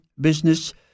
business